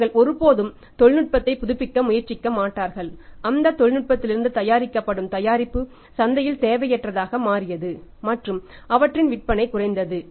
அவர்கள் ஒருபோதும் தொழில்நுட்பத்தை புதுப்பிக்க முயற்சிக்க மாட்டார்கள் அந்த தொழில்நுட்பத்திலிருந்து தயாரிக்கப்படும் தயாரிப்பு சந்தையில் தேவையற்றதாக மாறியது மற்றும் அவற்றின் விற்பனை குறைந்தது